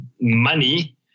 money